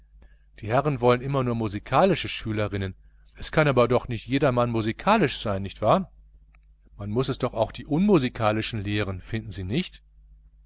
die herrn wollen immer nur musikalische schülerinnen es kann aber doch nicht jedermann musikalisch sein nicht wahr man muß es doch auch den unmusikalischen lehren finden sie nicht